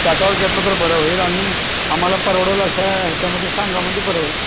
ताटाववर घेतलं तर बरं होईल आणि आम्हाला परवडलं अशा ह्याच्यामध्ये सांगा म्हणजे बरं होईल